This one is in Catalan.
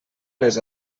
les